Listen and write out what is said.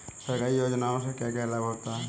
सरकारी योजनाओं से क्या क्या लाभ होता है?